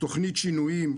תכנית שינויים,